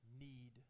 need